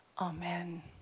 Amen